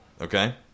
okay